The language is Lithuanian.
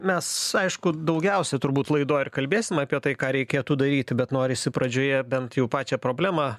mes aišku daugiausia turbūt laidoj ir kalbėsim apie tai ką reikėtų daryti bet norisi pradžioje bent jau pačią problemą